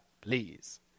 please